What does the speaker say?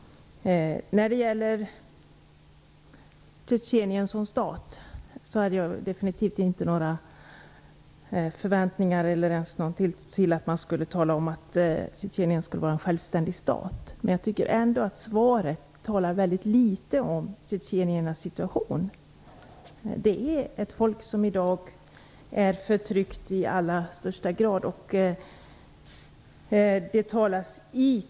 När det gäller Tjetjenien som stat hade jag definitivt inte några förväntningar om att man skulle tala om att Tjetjenien skulle vara en självständig stat. Men jag tycker att det i svaret talades mycket litet om tjetjenernas situation. Det är ett folk som i dag i allra högsta grad är förtryckt.